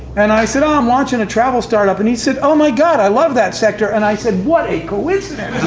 and i said, oh, i'm launching a travel startup. and he said, oh my god, i love that sector. and i said, what a coincidence!